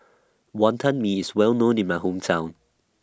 Wantan Mee IS Well known in My Hometown